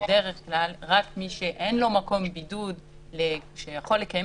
בדרך כלל רק מי שאין לו מקום שבו הוא יכול לקיים